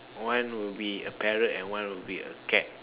one would be a parrot and one would be a cat